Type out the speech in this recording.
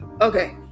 okay